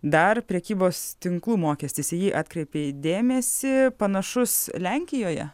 dar prekybos tinklų mokestis į jį atkreipei dėmesį panašus lenkijoje